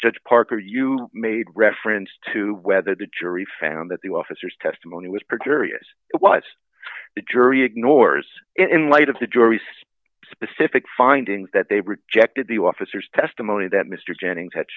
judge parker you made reference to whether the jury found that the officer's testimony was perjurious was the jury ignores in light of the jury's specific findings that they rejected the officer's testimony that mr jennings ha